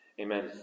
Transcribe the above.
Amen